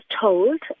told